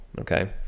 Okay